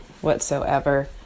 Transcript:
whatsoever